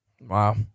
wow